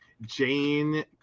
Jane